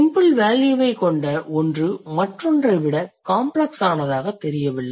simple வேல்யூவைக் கொண்ட ஒன்று மற்றொன்றை விட காம்ப்ளக்ஸானதாகத் தெரியவில்லை